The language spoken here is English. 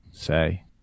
say